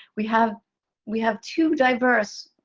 we have we have two diverse,